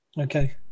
Okay